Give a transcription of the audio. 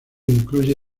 incluye